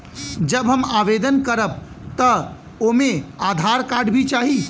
जब हम आवेदन करब त ओमे आधार कार्ड भी चाही?